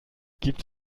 gibt